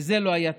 לזה לא היה תקציב.